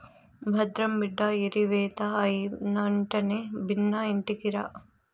భద్రం బిడ్డా ఏరివేత అయినెంటనే బిన్నా ఇంటికిరా